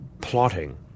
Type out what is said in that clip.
plotting